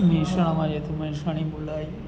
મહેસાણામાં રહે તો મહેસાણી બોલાય